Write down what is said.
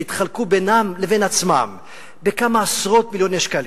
שהתחלקו בינם לבין עצמם בכמה עשרות מיליוני שקלים.